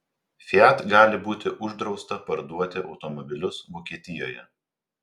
fiat gali būti uždrausta parduoti automobilius vokietijoje